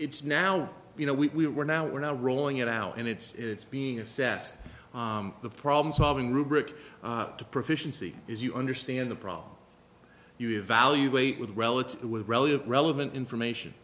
it's now you know we're we're now we're now rolling it out and it's being assessed the problem solving rubric to proficiency is you understand the problem you evaluate with relatively relative relevant information